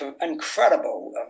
Incredible